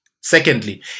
Secondly